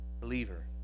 Believer